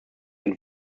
mit